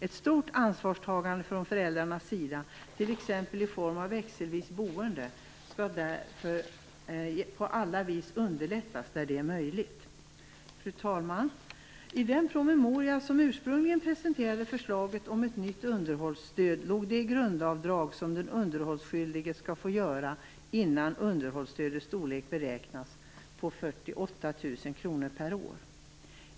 Ett stort ansvarstagande från föräldrarnas sida, t.ex. i form av växelvis boende, skall därför på alla vis underlättas där det är möjligt. Fru talman! I den promemoria som ursprungligen presenterade förslaget om ett nytt underhållsstöd låg det grundavdrag som den underhållsskyldige skall få göra innan underhållsstödets storlek beräknas på 48 000 kr per år.